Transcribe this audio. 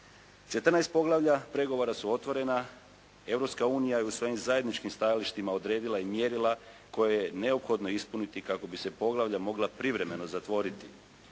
poglavlja pregovora su otvorena. Europska unija je u svojim zajedničkim stajalištima odredila i mjerila koje je neophodno ispuniti kako bi se poglavlja mogla privremeno zatvoriti.